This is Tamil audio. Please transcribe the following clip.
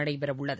நடைபெறவுள்ளது